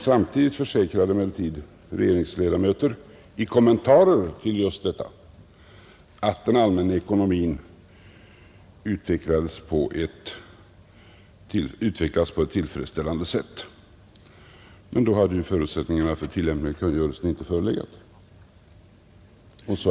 Samtidigt försäkrade emellertid regeringsledamöter i kommentarer till just detta att den allmänna ekonomin utvecklats på ett tillfredsställande sätt. Men om så hade varit fallet hade ju förutsättningar för en tillämpning av kungörelsen inte förelegat.